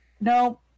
no